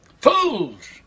Fools